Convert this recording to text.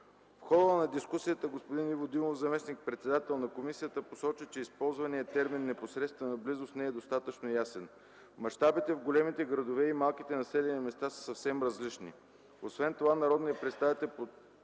В хода на дискусията господин Иво Димов, заместник-председател на комисията, посочи, че използваният термин „непосредствена близост” не е достатъчно ясен. Мащабите в големите градове и малките населени места са съвсем различни. Освен това народният представител